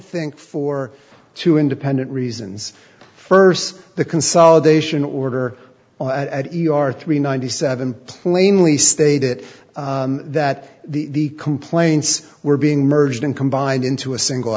think for two independent reasons first the consolidation order e r three ninety seven plainly stated that the complaints were being merged in combined into a single